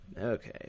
Okay